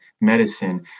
medicine